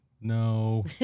no